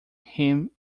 him